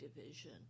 division